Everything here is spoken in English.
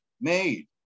made